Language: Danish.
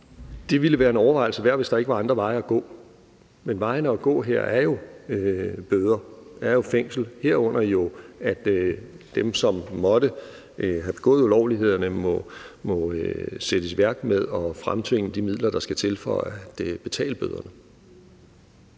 Det ville være en overvejelse værd, hvis der ikke var andre veje at gå. Men vejen at gå her er jo bøder og fængsel, herunder at dem, som måtte have begået ulovlighederne må sættes i gang med at fremtvinge de midler, der skal til for at betale bøderne.